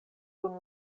kun